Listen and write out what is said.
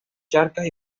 charcas